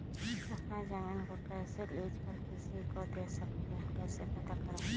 अपना जमीन को कैसे लीज पर किसी को दे सकते है कैसे पता करें?